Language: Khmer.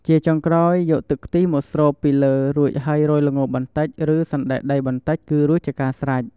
ជាចុងក្រោយ យកទឹកខ្ទិះមកស្រូបពីលើរួចហើយរោយល្ងបន្តិច ឬសណ្ដែកដីបន្តិចគឺរួចជាការស្រេច។